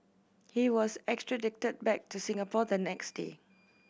he was extradited back to Singapore the next day